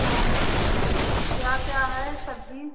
हाँ हलो क्या क्या है सब्ज़ी